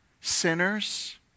sinners